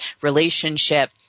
relationship